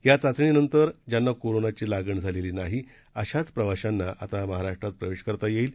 या चाचणीनंतर ज्यांना कोरोनाची लागण झालेली नाही अशाच प्रवाशांना आता महाराष्ट्रात प्रवेश करता येईल